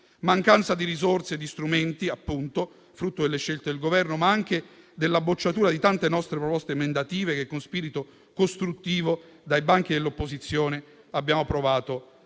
mancanza di risorse e di strumenti, frutto delle scelte del Governo, ma anche della bocciatura di tante nostre proposte emendative che, con spirito costruttivo, dai banchi dell'opposizione abbiamo provato